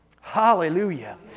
Hallelujah